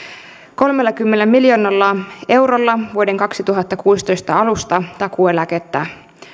kolmellakymmenellä miljoonalla eurolla vuoden kaksituhattakuusitoista alusta takuueläkettä